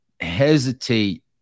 hesitate